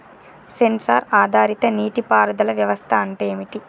Censor ఆధారిత నీటి పారుదల వ్యవస్థ అంటే ఏమిటి?